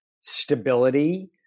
stability